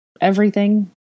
everything